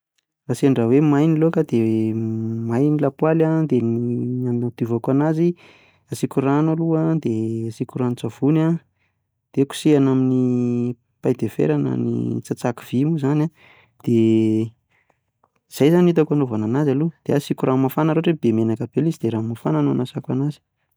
Raha sendra hoe may ny laoka dia may ny lapoaly an dia ny dia ny hanadiovako an'azy: asiko rano aloha an, dia asiko ranontsavony an, dia kosehana amin'ny paille de fer, na ny tsatsako vy moa izany an, dia izay izany no hitako hanaovana an'azy aloha, dia asiko rano mafana raha ohatra be menaka be ilay izy dia rano mafana no anasako azy.